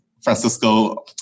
Francisco